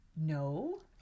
No